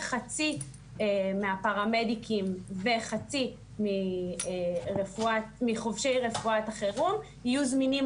חצי מהפרמדיקים וחצי מחובשי רפואת החירום יהיו זמינים